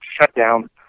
shutdown